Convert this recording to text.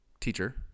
teacher